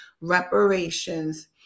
reparations